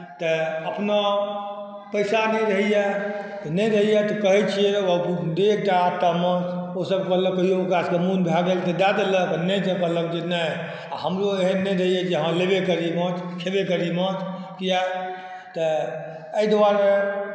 तऽ अपना पैसा नहि रहैए तऽ नहि रहैए तऽ कहैत छियै दे एकटा आधटा माछ ओसभ कहलक कहियो ओकरासभके मोन भए गेल तऽ दए देलक आ नहि जे देलक जे नहि आ हमरहु एहन नहि रहैए जे हँ लेबे करी माछ खएबे करी माछ किया तऽ एहि दुआरे